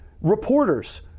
Reporters